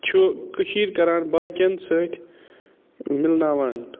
چھُ کٔشیٖرِ کران باقِیَن سۭتۍ مِلناوان